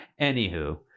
anywho